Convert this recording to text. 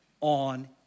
on